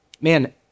Man